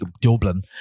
Dublin